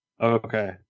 Okay